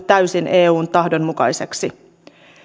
täysin eun tahdon mukaiseksi